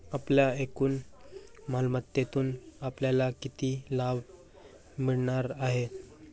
आपल्या एकूण मालमत्तेतून आपल्याला किती लाभ मिळणार आहे?